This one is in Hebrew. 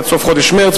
עד סוף חודש מרס,